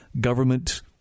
government